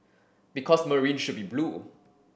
because Marine should be blue